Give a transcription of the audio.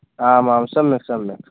आम् आं सम्यक् सम्यक्